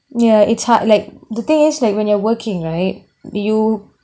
ya it's hard like the thing is like when you're working right you